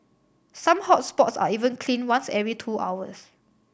some hot spots are even cleaned once every two hours